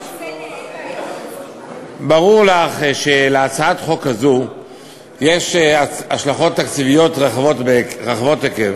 ברור לך שלהצעת חוק הזאת יש השלכות תקציביות רחבות היקף,